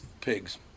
pigs